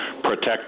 protect